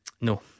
No